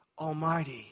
almighty